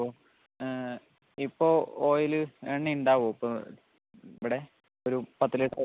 അപ്പോൾ ഇപ്പോൾ ഓയില് എണ്ണയുണ്ടാകുമോ ഇപ്പോൾ ഇവിടെ ഒരു പത്ത് ലിറ്ററ്